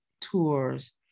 tours